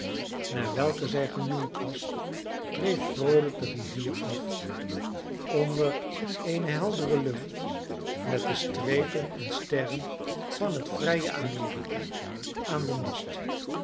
naar welke zij genoemd was dreef vroolijk de rivier af onder eene heldere lucht met de strepen en sterren van het vrije amerika aan den mast